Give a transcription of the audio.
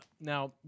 Now